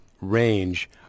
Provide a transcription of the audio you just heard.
range